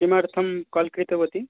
किमर्थं काल् कृतवती